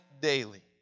daily